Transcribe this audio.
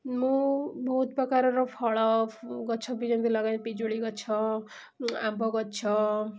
ମୁଁ ବହୁତ ପ୍ରକାରର ଫଳ ଗଛ ବି ଯେମତି ଲଗାଏ ପିଜୁଳି ଗଛ ଆମ୍ବ ଗଛ